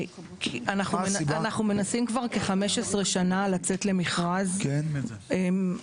אנחנו מנסים לצאת למכרז מזה 15 שנים,